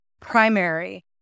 primary